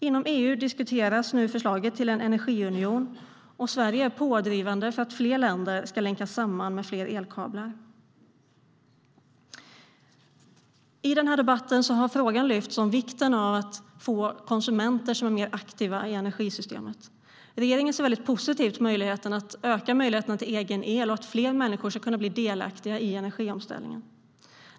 Inom EU diskuteras nu förslaget till en energiunion, och Sverige är pådrivande för att fler länder ska länkas samman med fler elkablar.I den här debatten har frågan lyfts om vikten av att få konsumenter mer aktiva i energisystemet. Regeringen ser väldigt positivt på att öka möjligheten till att producera egen el och att fler människor ska kunna bli delaktiga i energiomställningen.